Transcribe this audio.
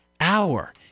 hour